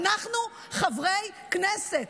אנחנו חברי כנסת,